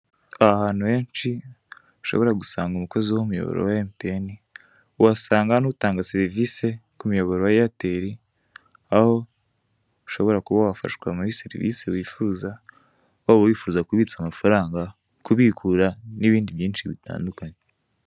Ahantu henshi ushobora gusanga umukozi w'umuyoboro wa Emutiyene, uhasanga n'utanga serivisi ku muyoboro wa Eyateri, aho ushobora kuba wafashwa muri serivisi wifuza, waba wifuza kubitsa amafaranga, kubikura n'ibindi byinshi bitandukanye.